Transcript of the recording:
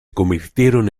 convirtieron